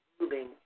moving